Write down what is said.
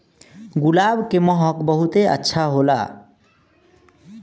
गुलाब के महक बहुते अच्छा होला